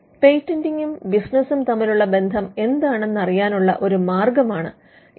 പേറ്റന്റിംഗും ബിസിനസും തമ്മിലുള്ള ബന്ധം എന്താണെന്നറിയാനുള്ള ഒരു മാർഗമാണിത്